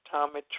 Tommy